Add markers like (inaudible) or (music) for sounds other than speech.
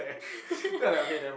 (laughs)